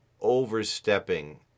overstepping